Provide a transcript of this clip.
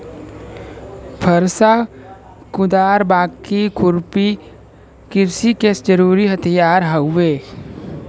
फरसा, कुदार, बाकी, खुरपी कृषि के जरुरी हथियार हउवे